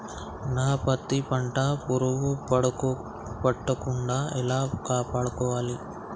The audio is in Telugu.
నా పత్తి పంట పురుగు పట్టకుండా ఎలా కాపాడుకోవాలి?